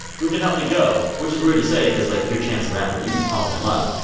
who can help me go? which is weird to say because, like, you're chance the rapper. you can call them up.